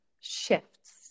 shifts